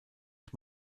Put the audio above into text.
ich